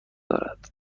دارد